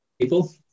people